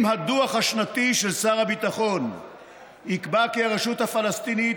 אם הדוח השנתי של שר הביטחון יקבע כי הרשות הפלסטינית